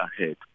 ahead